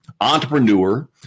entrepreneur